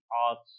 arts